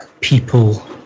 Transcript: people